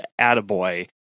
Attaboy